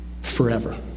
forever